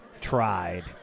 Tried